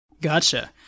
gotcha